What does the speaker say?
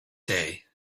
day